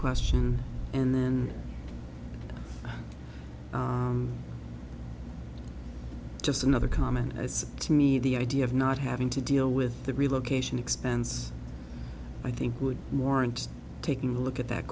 question and then just another comment as to me the idea of not having to deal with the relocation expense i think would warrant taking a look at that